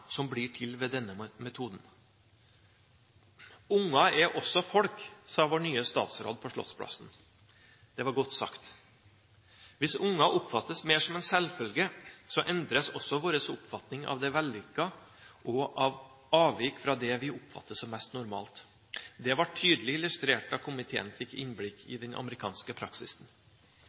som blir til ved denne metoden.» Unger er også folk, sa vår nye statsråd på Slottsplassen. Det var godt sagt. Hvis unger oppfattes mer som en selvfølge, endres også vår oppfatning av det vellykkede og av avvik fra det vi opplever som mest normalt. Det ble tydelig illustrert da komiteen fikk innblikk i den amerikanske praksisen.